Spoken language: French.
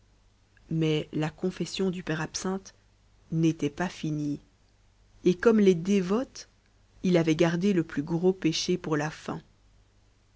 mais la confession du père absinthe n'était pas finie et comme les dévotes il avait gardé le plus gros péché pour la fin